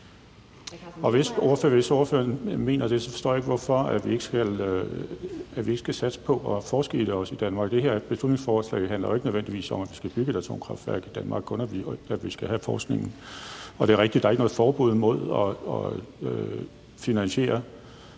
Hvis ordføreren mener det, forstår jeg ikke, hvorfor vi ikke skal satse på også at forske i det i Danmark. Det her beslutningsforslag handler jo ikke nødvendigvis om, at vi skal bygge et atomkraftværk i Danmark, kun at vi skal have forskningen. Og det er rigtigt, at der ikke er noget forbud imod at finansiere